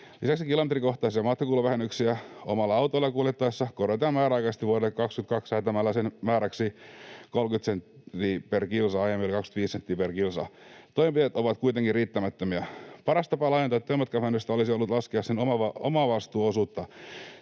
kilometrikohtaisia matkakuluvähennyksiä omalla autolla kuljettaessa korotetaan määräaikaisesti vuodelle 22 säätämällä sen määräksi 30 senttiä per kilsa, aiemmin oli 25 senttiä per kilsa. Toimenpiteet ovat kuitenkin riittämättömiä. Paras tapa laajentaa työmatkavähennystä olisi ollut laskea sen omavastuuosuutta.